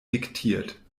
diktiert